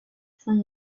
saint